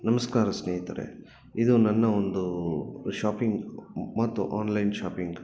ನಮಸ್ಕಾರ ಸ್ನೇಹಿತರೆ ಇದು ನನ್ನ ಒಂದು ಶಾಪಿಂಗ್ ಮತ್ತು ಆನ್ಲೈನ್ ಶಾಪಿಂಗ್